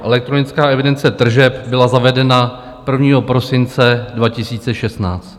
Elektronická evidence tržeb byla zavedena 1. prosince 2016.